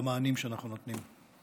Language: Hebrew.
והמענים שאנחנו נותנים.